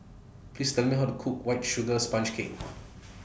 Please Tell Me How to Cook White Sugar Sponge Cake